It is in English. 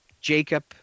Jacob